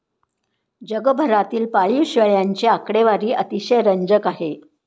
जगभरातील पाळीव शेळ्यांची आकडेवारी अतिशय रंजक आहे